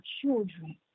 children